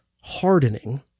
hardening